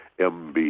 mb